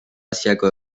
asiako